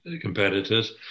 competitors